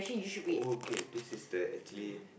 okay this is the actually